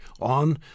on